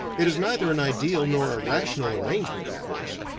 it is neither an ideal nor a rational arrangement, of course.